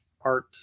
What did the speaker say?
art